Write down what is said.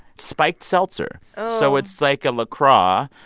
spiked seltzer oh so it's like a la croix, ah